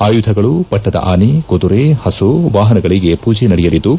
ಆಯುಧಗಳು ಪಟ್ಟದ ಆನೆ ಕುದುರೆ ಪಸು ವಾಹನಗಳಗೆ ಪೂಜೆ ನಡೆಯಲಿದ್ದು